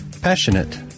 Passionate